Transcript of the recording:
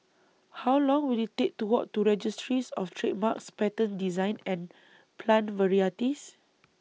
How Long Will IT Take to Walk to Registries of Trademarks Patents Designs and Plant Varieties